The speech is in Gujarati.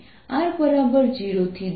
H0 H0 r0 થી દૂર